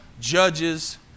judges